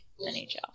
NHL